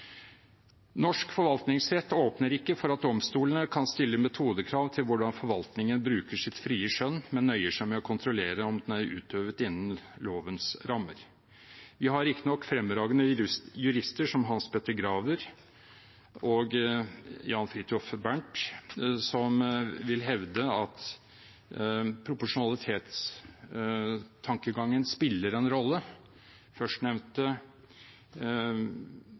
Norsk forvaltningsrett åpner ikke for at domstolene kan stille metodekrav til hvordan forvaltningen bruker sitt frie skjønn, men nøyer seg med å kontrollere om det er utøvet innenfor lovens rammer. Vi har riktignok fremragende jurister, som Hans Petter Graver og Jan Fridthjof Bernt, som vil hevde at proporsjonalitetstankegangen spiller en rolle. Førstnevnte